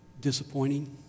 disappointing